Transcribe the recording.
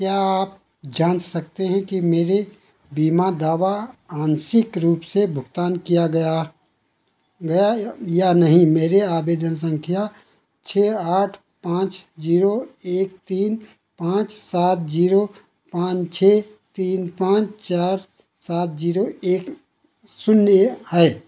क्या आप जान सकते हैं की मेरे बीमा दावा आंशिक रूप से भुगतान किया गया गया या नहीं मेरे आवेदन संख्या छः आठ पाँच एक तीन पाँच सात पाँच छः तीन पाँच चार सात एक शून्य है